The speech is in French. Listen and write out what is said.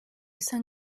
saint